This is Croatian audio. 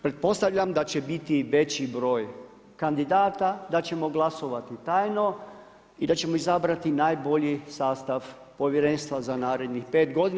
Pretpostavljam da će biti veći broj kandidata, da ćemo glasovati tajno i da ćemo izabrati najbolji sastav povjerenstva za narednih 5 godina.